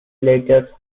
letters